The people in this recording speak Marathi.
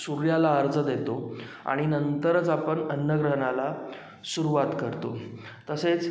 सूर्याला अर्घ्य देतो आणि नंतरच आपण अन्नग्रहणाला सुरुवात करतो तसेच